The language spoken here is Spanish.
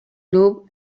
club